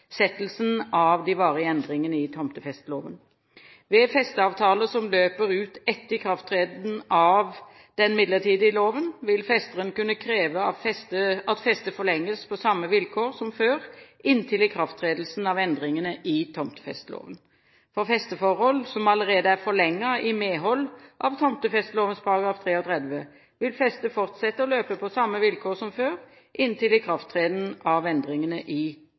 tomtefesteloven. Ved festeavtaler som løper ut etter ikrafttredelsen av den midlertidige loven, vil festeren kunne kreve at festet forlenges på samme vilkår som før, inntil ikrafttredelsen av endringene i tomtefesteloven. For festeforhold som allerede er forlenget i medhold av tomtefesteloven § 33, vil festet fortsette å løpe på samme vilkår som før, inntil ikrafttredelsen av endringene i